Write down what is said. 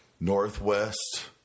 Northwest